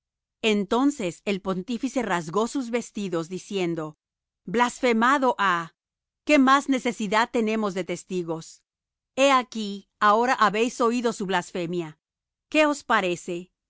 entonces el pontífice rasgó sus vestidos diciendo blasfemado ha qué más necesidad tenemos de testigos he aquí ahora habéis oído su blasfemia qué os parece